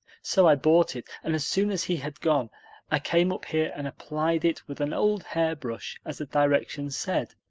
so i bought it, and as soon as he had gone i came up here and applied it with an old hairbrush as the directions said.